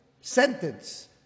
sentence